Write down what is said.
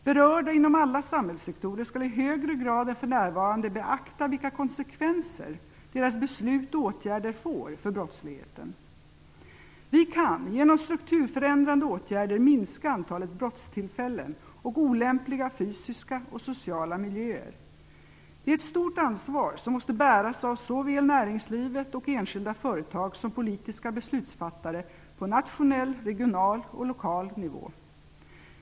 Berörda inom alla samhällssektorer skall i högre grad än för närvarande beakta vilka konsekvenser deras beslut och åtgärder får för brottsligheten. Vi kan, genom strukturförändrande åtgärder, minska antalet brottstillfällen och olämpliga fysiska och sociala miljöer. Det är ett stort ansvar som måste bäras av såväl näringslivet och enskilda företag som politiska beslutsfattare på nationell, regional och lokal nivå.